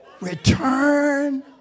return